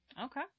Okay